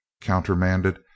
countermanded